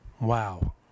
wow